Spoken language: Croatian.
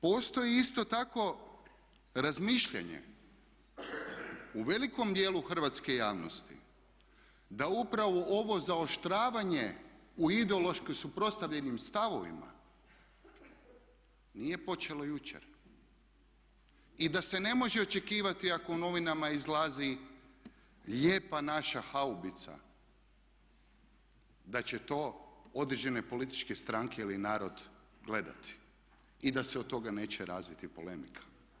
Postoji isto tako razmišljanje u velikom djelu hrvatske javnosti da upravo ovo zaoštravanje u ideološko suprotstavljenim stavovima nije počelo jučer i da se ne može očekivati ako u novinama izlazi lijepa naša haubica da će to određene političke stranke ili narod gledati i da se od toga neće razviti polemika.